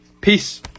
peace